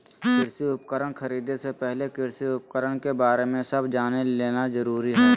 कृषि उपकरण खरीदे से पहले कृषि उपकरण के बारे में सब जान लेना जरूरी हई